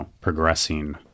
progressing